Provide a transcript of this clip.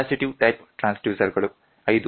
capacitive type transducer ಗಳು 5